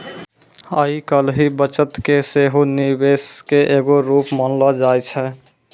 आइ काल्हि बचत के सेहो निवेशे के एगो रुप मानलो जाय छै